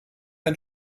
ein